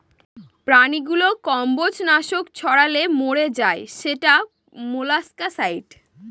প্রাণীগুলো কম্বজ নাশক ছড়ালে মরে যায় সেটা মোলাস্কাসাইড